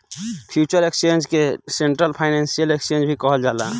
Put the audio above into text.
future exchange के central financial exchange भी कहल जाला